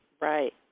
Right